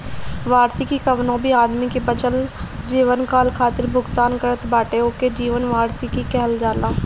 वार्षिकी कवनो भी आदमी के बचल जीवनकाल खातिर भुगतान करत बाटे ओके जीवन वार्षिकी कहल जाला